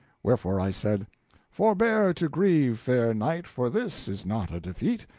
wherefore i said forbear to grieve, fair knight, for this is not a defeat.